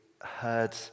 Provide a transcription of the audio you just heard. heard